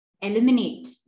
eliminate